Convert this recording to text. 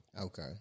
Okay